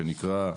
שנקרא: